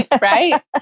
right